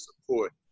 support